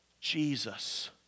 Jesus